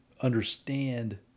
understand